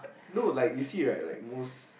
no like you see right like most